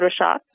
Photoshop